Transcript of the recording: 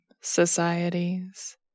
societies